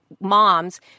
moms